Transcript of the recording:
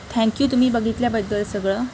thank you तुम्ही बघितल्याबद्दल सगळं